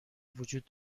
وجود